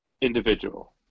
individual